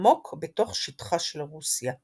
עמוק בתוך שטחה של רוסיה.